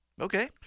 Okay